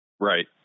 Right